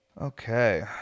Okay